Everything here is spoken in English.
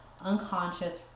unconscious